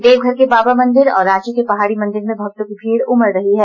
देवघर के बाबा मंदिर और रांची की पहाडी मंदिर में भक्तों की भीड़ उमड़ रही है